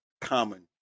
common